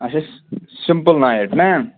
اچھا simple night نا